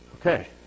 Okay